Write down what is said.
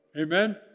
Amen